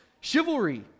Chivalry